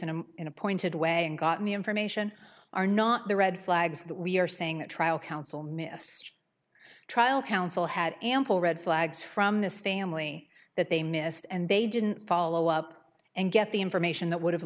and in a pointed way gotten the information are not the red flags that we are saying the trial counsel missed trial counsel had ample red flags from this family that they missed and they didn't follow up and get the information that would have